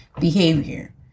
behavior